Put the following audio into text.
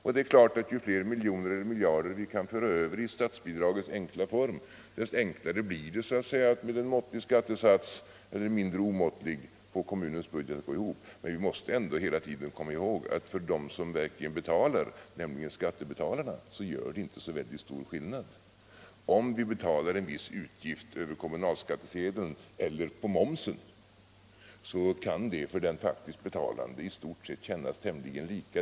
Ju fler miljoner eller miljarder vi kan föra över i statsbidragets form, desto enklare blir det att med en måttlig skattesats — eller en mindre omåttlig — få kommunens budget att gå ihop. Men vi måste hela tiden komma ihåg att det för dem som verkligen betalar, nämligen skattebetalarna, inte innebär så stor skillnad. Om en viss utgift betalas över kommunalskattesedeln eller via momsen kan för den skattebetalande vara likgiltigt.